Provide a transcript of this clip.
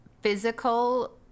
physical